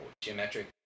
geometric